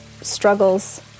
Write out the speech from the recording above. struggles